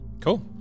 Cool